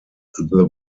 the